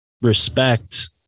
respect